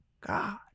God